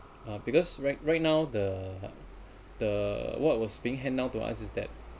uh because right right now the the what was being hand down to us is that